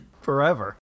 Forever